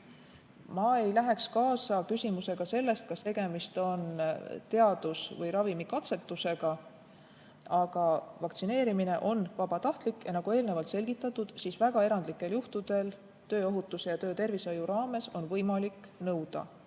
Ma ei läheks kaasa küsimusega sellest, kas tegemist on ravimikatsetusega. Vaktsineerimine on vabatahtlik, ja nagu eelnevalt selgitatud, siis väga erandlikel juhtudel tööohutuse ja töötervishoiu raames on võimalik nõuda